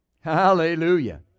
Hallelujah